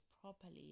properly